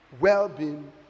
well-being